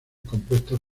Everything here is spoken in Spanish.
compuestas